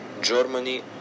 Germany